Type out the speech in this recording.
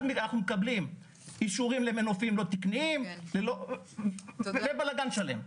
אז אנחנו מקבלים אישורים למנופים לא תקניים ובלגן שלם.